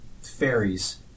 fairies